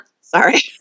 Sorry